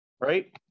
Right